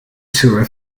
tour